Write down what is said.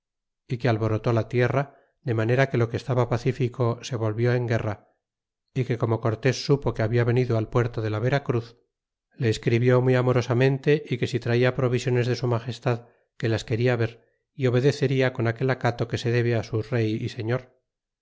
que alborotó la tierra de manera que lo que estaba pacifico se volvió en guerra que como cortés supo que habia venido al puerto de la veracruz le escribió muy amorosamente y que si traia provisiones de su magestád que las quena ver y obedecerla con aquel acato que se debe su rey y señor